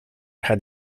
had